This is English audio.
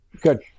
Good